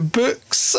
books